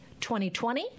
2020